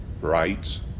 rights